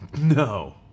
No